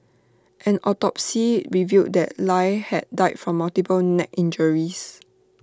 an autopsy revealed that lie had died from multiple neck injuries